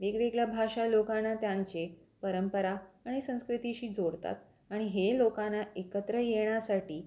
वेगवेगळ्या भाषा लोकांना त्यांचे परंपरा आणि संस्कृतीशी जोडतात आणि हे लोकांना एकत्र येण्यासाठी